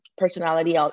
personality